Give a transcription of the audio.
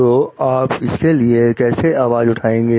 तो आप इसके लिए कैसे आवाज उठाएंगे